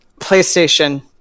PlayStation